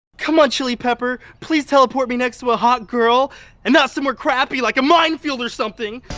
c'mon, chili pepper, please teleport me next to a hot girl and not somewhere crappy like a minefield or something